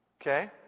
Okay